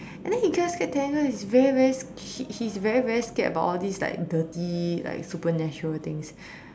and then he kept telling us he's very very he is very very scared of these kind dirty like supernatural things